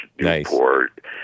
Newport